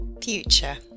Future